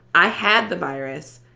i had the virus.